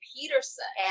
Peterson